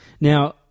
Now